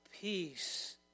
Peace